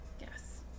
yes